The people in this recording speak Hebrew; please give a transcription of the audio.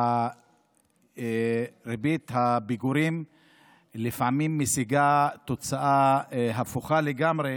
ריבית הפיגורים לפעמים משיגה תוצאה הפוכה לגמרי,